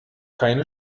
keine